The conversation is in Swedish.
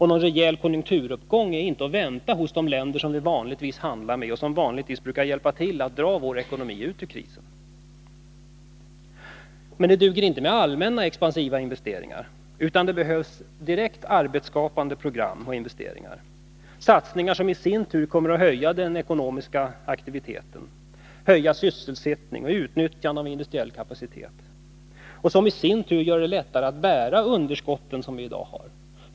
Någon rejäl konjunkturuppgång är inte att vänta hos de länder som vi vanligtvis handlar med och som vanligtvis brukar hjälpa till att dra vår ekonomi ur krisen. Det duger inte med allmänna expansiva investeringar, utan det behövs nu direkt arbetsskapande program och investeringar. Det är satsningar som kommer att öka den ekonomiska aktiviteten, sysselsättningen och utnyttjandet av industriell kapacitet, vilket i sin tur gör det lättare att bära dagens underskott i budgeten.